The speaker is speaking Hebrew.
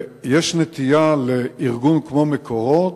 יש נטייה לארגון כמו "מקורות",